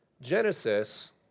Genesis